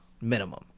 Minimum